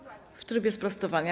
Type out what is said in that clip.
W trybie sprostowania.